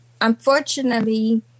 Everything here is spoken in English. unfortunately